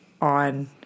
on